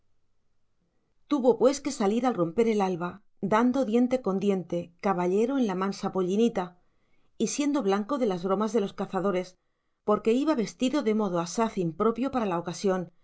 tuvo pues que salir al romper el alba dando diente con diente caballero en la mansa pollinita y siendo blanco de las bromas de los cazadores porque iba vestido de modo asaz impropio para la ocasión